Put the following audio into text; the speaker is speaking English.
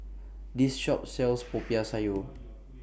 This Shop sells Popiah Sayur